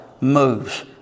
moves